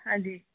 ਹਾਂਜੀ